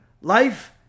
life